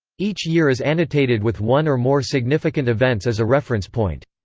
each year is annotated with one or more significant events as a reference point.